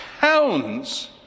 pounds